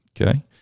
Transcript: Okay